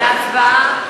להצבעה.